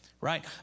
Right